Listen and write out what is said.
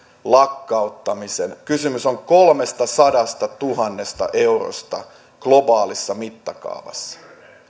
lakkauttamisen kysymys on kolmestasadastatuhannesta eurosta globaalissa mittakaavassa